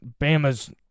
Bama's